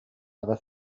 other